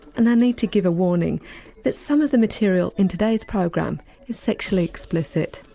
and i need to give a warning that some of the material in today's program is sexually explicit.